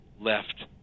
left